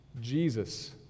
Jesus